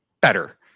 better